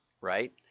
right